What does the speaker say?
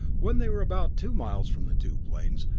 when they were about two miles from the two planes,